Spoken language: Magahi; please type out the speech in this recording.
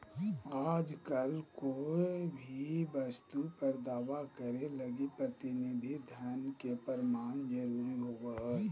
आजकल कोय भी वस्तु पर दावा करे लगी प्रतिनिधि धन के प्रमाण जरूरी होवो हय